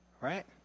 right